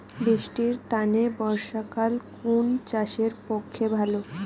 বৃষ্টির তানে বর্ষাকাল কুন চাষের পক্ষে ভালো?